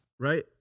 right